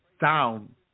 down